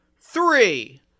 three